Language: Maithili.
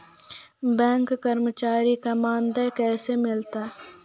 बैंक कर्मचारी का मानदेय कैसे मिलता हैं?